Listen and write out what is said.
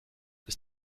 ist